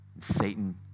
Satan